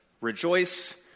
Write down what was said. rejoice